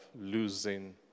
losing